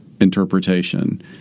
interpretation